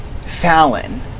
Fallon